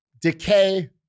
decay